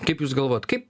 kaip jūs galvojat kaip